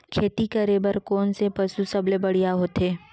खेती करे बर कोन से पशु सबले बढ़िया होथे?